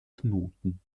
knoten